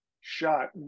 shot